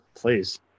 Please